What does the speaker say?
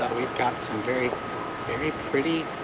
got some very, very pretty